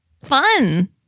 Fun